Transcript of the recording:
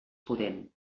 pudent